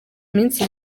minsi